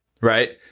Right